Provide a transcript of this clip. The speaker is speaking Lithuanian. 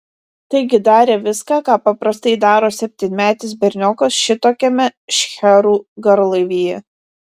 taigi darė viską ką paprastai daro septynmetis berniokas šitokiame šcherų garlaivyje